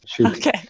Okay